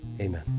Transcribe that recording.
Amen